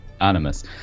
animus